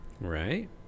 right